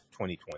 2020